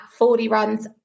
40runs